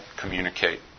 communicate